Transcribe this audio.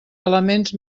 elements